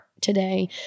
today